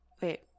Wait